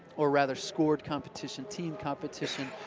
or, rather, scored competition, team competition,